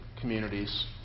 communities